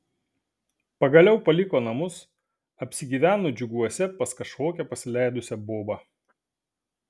pagaliau paliko namus apsigyveno džiuguose pas kažkokią pasileidusią bobą